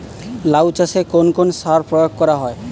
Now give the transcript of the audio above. লাউ চাষে কোন কোন সার প্রয়োগ করা হয়?